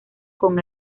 con